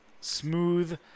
smooth